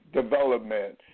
development